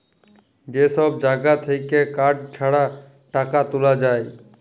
যে সব জাগা থাক্যে কার্ড ছাড়া টাকা তুলা যায়